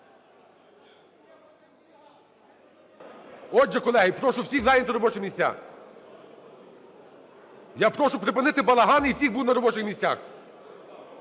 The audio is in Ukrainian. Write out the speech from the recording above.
Отже, колеги, прошу всіх зайняти робочі місця. Я прошу припинити балаган і всім бути на робочих місцях.